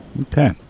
Okay